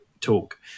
talk